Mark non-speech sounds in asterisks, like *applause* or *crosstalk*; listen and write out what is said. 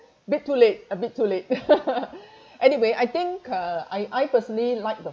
bit to late a bit too late *laughs* anyway I think uh I I personally like the